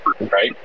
right